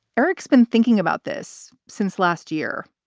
eric's been thinking about this since last year,